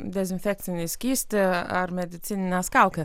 dezinfekcinį skystį ar medicinines kaukes